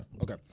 Okay